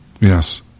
Yes